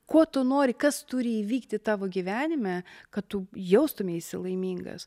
kuo tu nori kas turi įvykti tavo gyvenime kad tu jaustumeisi laimingas